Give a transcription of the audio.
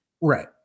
Right